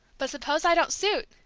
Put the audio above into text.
but suppose i don't suit?